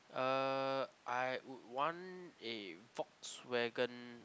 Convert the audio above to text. uh I would want a Volkswagen`